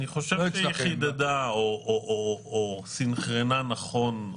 אני חושב שהוא חידד או סנכרן נכון,